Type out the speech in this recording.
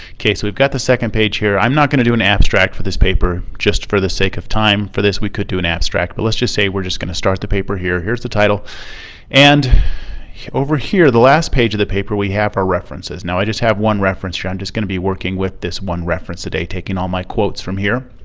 k. so we've got the second page here. i'm not going to do an abstract for this paper just for the sake of time for this we could do an abstract but let's just say we're just going to start the paper here. here's the title and over here the last page of the paper we have our references. now i just have one reference trend is going to be working with this one reference today taking all my quotes from here.